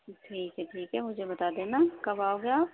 ٹھیک ہے ٹھیک ہے مجھے بتا دینا کب آؤ گے آپ